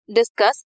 discuss